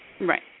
Right